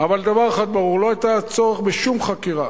אבל דבר אחד ברור, שלא היה צורך בשום חקירה.